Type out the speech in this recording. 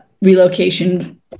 relocation